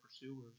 pursuers